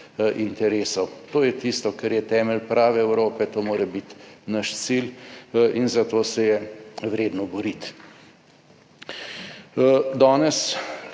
interesov. To je tisto, kar je temelj prave Evrope, to mora biti naš cilj in za to se je vredno boriti.